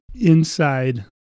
inside